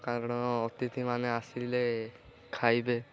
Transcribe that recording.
କାରଣ ଅତିଥିମାନେ ଆସିଲେ ଖାଇବେ